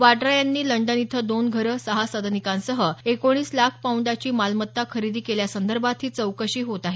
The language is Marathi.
वाड़ा यांनी लंडन इथं दोन घरं सहा सदनिकांसह एकोणीस लाख पाऊंडाची मालमत्ता खरेदी केल्यासंदर्भात ही चौकशी होत आहे